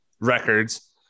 records